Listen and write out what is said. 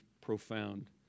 profound